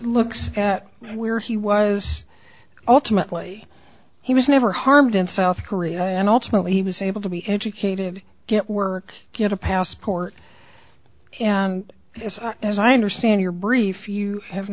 looks where he was ultimately he was never harmed in south korea and ultimately he was able to be educated get work get a passport as i understand your brief you have